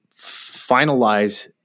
finalize